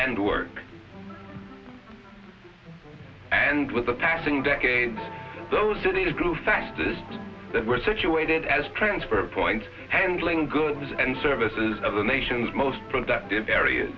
and work and with the passing decade those cities grew fastest that were situated as transfer points handling goods and services of the nation's most productive areas